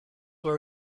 were